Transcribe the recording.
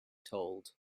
told